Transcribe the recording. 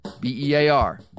B-E-A-R